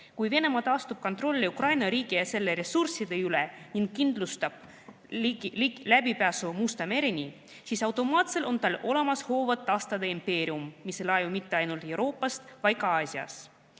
kui Venemaa taastab kontrolli Ukraina riigi ja selle ressursside üle ning kindlustab läbipääsu Musta mereni, siis on tal automaatselt olemas hoovad taastada impeerium, mis ei laiu mitte ainult Euroopas, vaid ka Aasias.